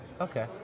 Okay